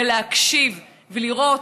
להקשיב ולראות,